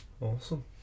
Awesome